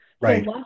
Right